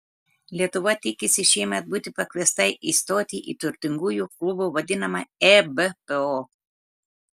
lietuva tikisi šiemet būti pakviesta įstoti į turtingųjų klubu vadinamą ebpo